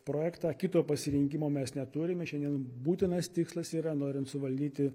projektą kito pasirinkimo mes neturime šiandien būtinas tikslas yra norint suvaldyti